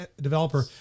developer